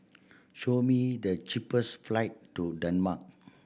show me the cheapest flight to Denmark